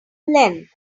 length